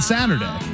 Saturday